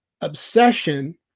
obsession